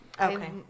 Okay